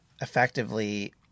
effectively